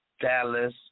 Dallas